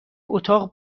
اتاق